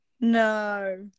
No